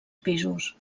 pisos